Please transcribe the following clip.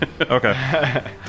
Okay